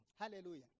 Hallelujah